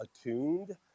attuned